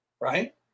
right